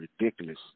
ridiculous